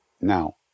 now